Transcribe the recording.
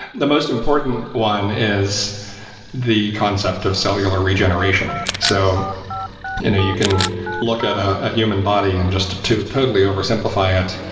the most important one is the concept of cellular regeneration. so you know you can look at a human body and just to totally oversimplify it.